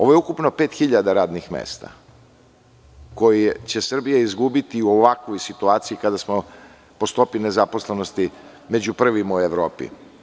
Ovo je ukupno 5.000 radnih mesta koje će Srbija izgubiti u ovakvoj situaciji kada smo po stopi nezaposlenosti među prvima u Evropi.